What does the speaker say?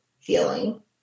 feeling